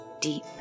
Deep